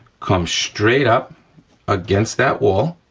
come straight up against that wall,